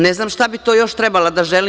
Ne znam šta bih to još trebala da želim?